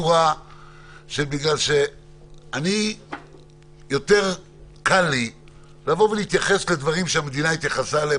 לי יותר קל לבוא להתייחס לדברים שהמדינה התייחסה אליהם,